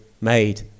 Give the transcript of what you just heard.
made